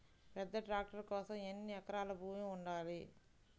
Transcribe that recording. పెద్ద ట్రాక్టర్ కోసం ఎన్ని ఎకరాల భూమి ఉండాలి?